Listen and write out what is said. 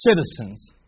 citizens